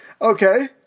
Okay